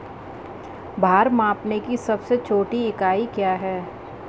भार मापने की सबसे छोटी इकाई क्या है?